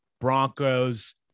Broncos